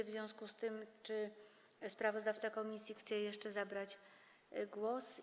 W związku z tym czy sprawozdawca komisji chce jeszcze zabrać głos?